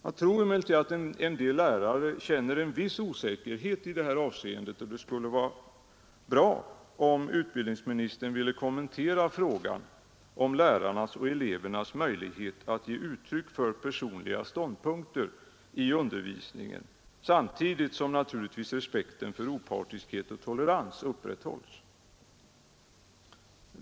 Jag tror att en del lärare känner en viss osäkerhet i det här avseendet, och det skulle därför vara av stor betydelse om utbildningsministern ville kommentera frågan om lärarnas och elevernas möjlighet att ge uttryck för personliga ståndpunkter i undervisningen samtidigt som naturligtvis respekten för opartiskhet och tolerans upprätthålls.